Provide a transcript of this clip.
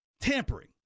Tampering